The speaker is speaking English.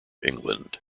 england